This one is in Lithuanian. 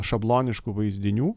šabloniškų vaizdinių